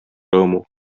rõõmu